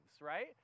right